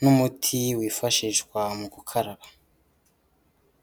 n'umuti wifashishwa mu gukaraba.